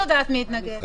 שזה עדיין לא לגמרי סופי,